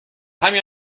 همین